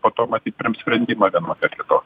po to matyt priims sprendimą vienokį ar kitokį